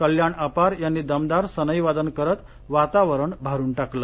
कल्याण अपार यांनी दमदार सनई वादन करत वातावरण भारून टाकले